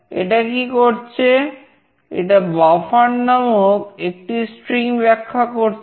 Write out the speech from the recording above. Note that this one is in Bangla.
readsim900A ব্যাখ্যা করছে